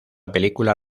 película